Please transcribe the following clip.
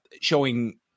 showing